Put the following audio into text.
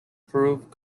proved